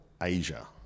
Asia